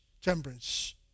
temperance